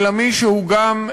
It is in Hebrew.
אלא מי שהוא גם,